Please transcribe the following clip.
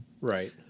right